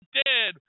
dead